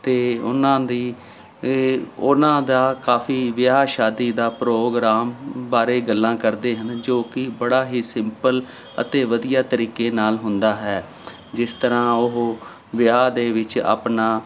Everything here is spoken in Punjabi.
ਅਤੇ ਉਹਨਾਂ ਦੀ ਇਹ ਉਹਨਾਂ ਦਾ ਕਾਫੀ ਵਿਆਹ ਸ਼ਾਦੀ ਦਾ ਪ੍ਰੋਗਰਾਮ ਬਾਰੇ ਗੱਲਾਂ ਕਰਦੇ ਹਨ ਜੋ ਕਿ ਬੜਾ ਹੀ ਸਿੰਪਲ ਅਤੇ ਵਧੀਆ ਤਰੀਕੇ ਨਾਲ ਹੁੰਦਾ ਹੈ ਜਿਸ ਤਰ੍ਹਾਂ ਉਹ ਵਿਆਹ ਦੇ ਵਿੱਚ ਆਪਣਾ